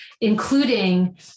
including